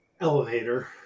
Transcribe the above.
elevator